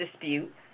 dispute